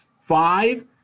five